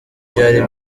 byari